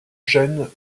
gênes